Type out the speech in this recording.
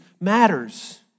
matters